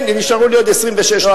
נשארו לי עוד 26 שניות.